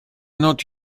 not